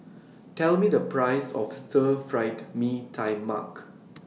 Tell Me The Price of Stir Fried Mee Tai Mak